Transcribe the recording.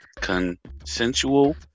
consensual